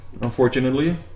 unfortunately